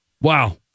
Wow